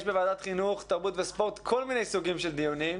יש בוועדת חינוך תרבות וספורט כל מיני סוגים של דיונים,